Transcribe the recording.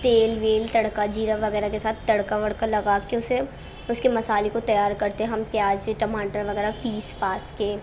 تیل ویل تڑکا زیرہ وغیرہ کے ساتھ تڑکا وڑکا لگا کے اسے اس کے مسالے کو تیار کرتے ہیں ہم پیاز ٹماٹر وغیرہ پیس پاس کے